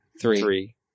three